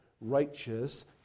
righteous